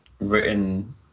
written